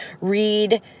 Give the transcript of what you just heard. read